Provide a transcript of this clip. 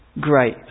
great